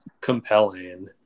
compelling